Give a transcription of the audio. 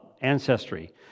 ancestry